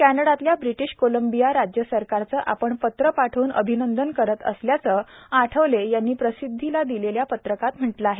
कॅनडातल्या British Columbia राज्य सरकारचं आपण पत्र पाठवून अभिनंदन करत असल्याचं आठवले यांनी प्रसिद्धीला दिलेल्या पत्रकात केलं आहे